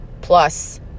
plus